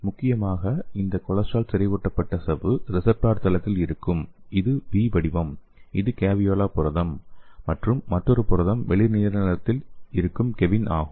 முக்கியமாக இந்த கொலஸ்ட்ரால் செறிவூட்டப்பட்ட சவ்வு ரிசப்டார் தளத்தில் இருக்கும் இது 'V' வடிவம் இது கேவியோலா புரதம் மற்றும் மற்றொரு புரதம் வெளிர் நீல நிறத்தில் இருக்கும் கேவின் ஆகும்